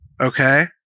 Okay